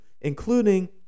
including